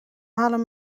halen